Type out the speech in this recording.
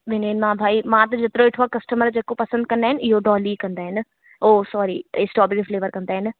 ॿिनिनि मां भई मां त जेतिरो ॾिठो आहे कस्टमर जेको पसंदि कंदा आहिनि इहो डॉली कंदा आहिनि ओ सॉरी स्ट्रोबेरी फ़्लेवर कंदा आहिनि